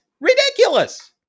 ridiculous